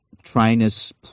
trainers